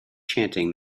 chanting